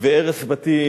והרס בתים,